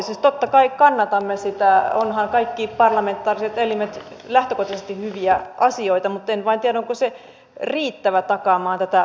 siis totta kai kannatamme sitä ovathan kaikki parlamentaariset elimet lähtökohtaisesti hyviä asioita mutten vain tiedä onko se riittävä takaamaan tätä parlamentarismia omistajaohjauksessa